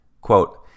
Quote